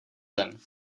zem